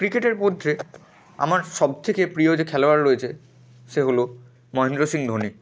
ক্রিকেটের মধ্যে আমার সব থেকে প্রিয় যে খেলোয়াড় রয়েছে সে হলো মহেন্দ্র সিং ধোনি